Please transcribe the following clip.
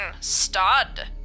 stud